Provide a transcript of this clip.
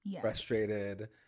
frustrated